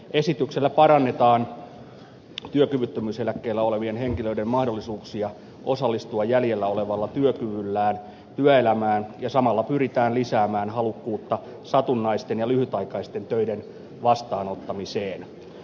esityksellä parannetaan työkyvyttömyyseläkkeellä olevien henkilöiden mahdollisuuksia osallistua jäljellä olevalla työkyvyllään työelämään ja samalla pyritään lisäämään halukkuutta satunnaisten ja lyhytaikaisten töiden vastaanottamiseen